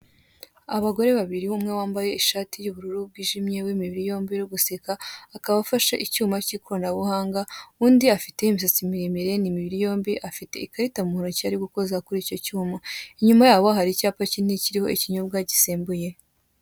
Abagore babiri umwe wambaye ishati y'ubururu bwijimye w'imibiri yombi uri guseka akaba afashe icyuma cy'ikoranabuhanga, undi afite imisatsi miremire ni imibiri yombi, afite ikarita mu ntoki ari gukoza kuri icyo cyuma, inyuma ya bo hari icyapa kinini kiriho ikinyobwa gisembuye.